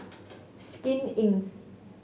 Skin Inc